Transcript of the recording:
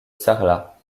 sarlat